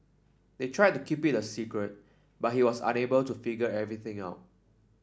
they tried to keep it a secret but he was unable to figure everything out